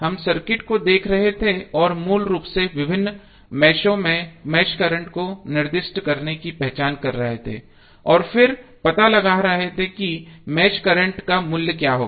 हम सर्किट को देख रहे थे और मूल रूप से विभिन्न मेषों में मेष करंट को निर्दिष्ट करने की पहचान कर रहे थे और फिर पता लगा रहे थे कि मेष करंट का मूल्य क्या होगा